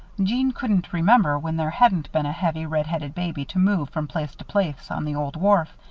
jeanne couldn't remember when there hadn't been a heavy, red-headed baby to move from place to place on the old wharf,